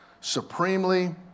supremely